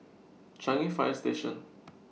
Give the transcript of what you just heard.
Changi Fire Station